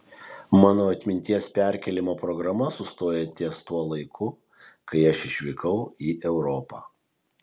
mano atminties perkėlimo programa sustoja ties tuo laiku kai aš išvykau į europą